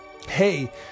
hey